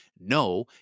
No